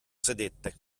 sedette